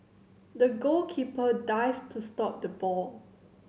the goalkeeper dived to stop the ball